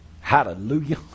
Hallelujah